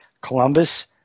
Columbus